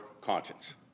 conscience